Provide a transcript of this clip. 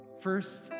First